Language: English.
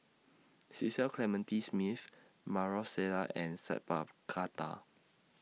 Cecil Clementi Smith Maarof Salleh and Sat Pal Khattar